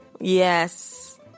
yes